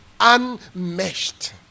unmeshed